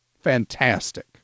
fantastic